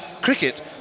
cricket